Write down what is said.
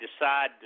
decide